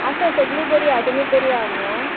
आसा सगली बरी हा तुमी बरी हा मुगो